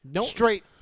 Straight